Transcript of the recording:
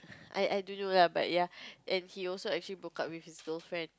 I I don't know lah but ya and he also actually broke up with his girlfriend